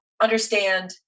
understand